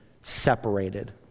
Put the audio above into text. separated